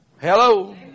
Hello